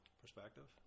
perspective